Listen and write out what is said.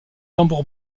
tambour